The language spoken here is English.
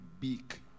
big